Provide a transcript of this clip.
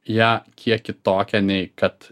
ją kiek kitokią nei kad